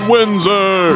Windsor